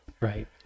Right